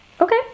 Okay